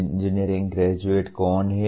engineering graduate कौन हैं